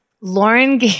lauren